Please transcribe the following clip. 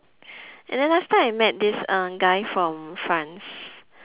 and then last time I met this uh guy from france